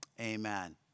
Amen